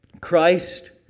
Christ